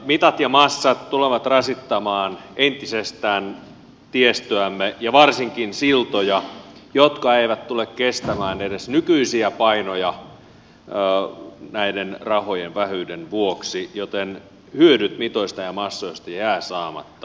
mitat ja massat tulevat rasittamaan entisestään tiestöämme ja varsinkin siltoja jotka eivät tule kestämään edes nykyisiä painoja näiden rahojen vähyyden vuoksi joten hyödyt mitoista ja massoista jäävät saamatta